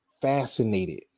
fascinated